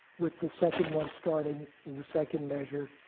with the second one starting in the second measure,